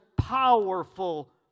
powerful